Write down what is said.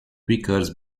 vickers